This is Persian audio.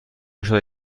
میشد